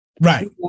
right